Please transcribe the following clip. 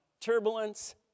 turbulence